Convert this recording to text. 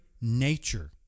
nature